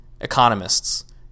economists